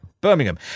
Birmingham